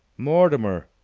mortimer!